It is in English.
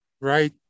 right